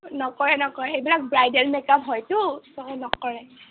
নকৰে নকৰে সেইবিলাক ব্ৰাইডেল মেকাপ হয়টো নকৰে